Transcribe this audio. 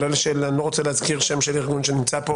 ואני לא רוצה להזכיר שם של ארגון שנמצא פה